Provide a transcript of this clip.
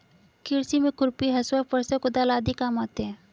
कृषि में खुरपी, हँसुआ, फरसा, कुदाल आदि काम आते है